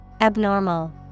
Abnormal